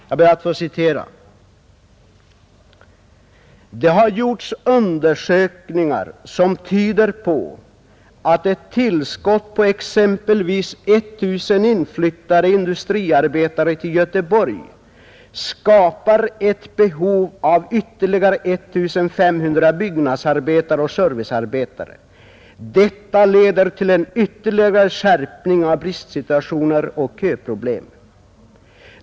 Jag ber att få citera: ”Det har gjorts undersökningar som tyder på att ett tillskott på exempelvis 1 000 inflyttade industriarbetare till Göteborg skapar ett behov av ytterligare 1 500 byggnadsarbetare och servicearbetare. Detta leder till en ytterligare skärpning av bristsituationer och köproblem.